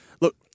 Look